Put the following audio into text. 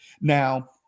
Now